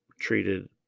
treated